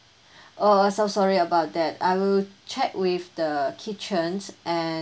oh uh so sorry about that I will check with the kitchens and